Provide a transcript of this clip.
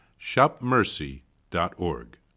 shopmercy.org